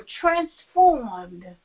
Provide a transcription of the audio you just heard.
transformed